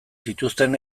zituzten